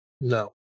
No